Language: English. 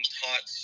taught